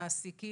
מעסיקים.